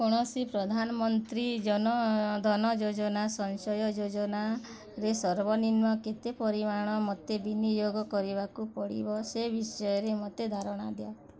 କୌଣସି ପ୍ରଧାନ ମନ୍ତ୍ରୀ ଜନ ଧନ ଯୋଜନା ସଞ୍ଚୟ ଯୋଜନାରେ ସର୍ବନିମ୍ନ କେତେ ପରିମାଣ ମୋତେ ବିନିଯୋଗ କରିବାକୁ ପଡ଼ିବ ସେ ବିଷୟରେ ମୋତେ ଧାରଣା ଦିଅ